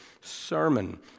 sermon